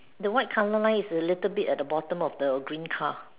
the white colour line is a little bit at the bottom of the green car